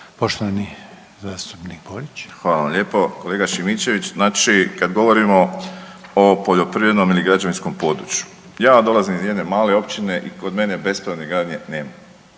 **Borić, Josip (HDZ)** Hvala vam lijepo. Kolega Šimičević, znači kad govorimo o poljoprivrednom ili građevinskom području, ja vam dolazim iz jedne male općine i kod mene bespravne gradnje nema